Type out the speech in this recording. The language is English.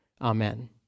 Amen